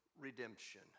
redemption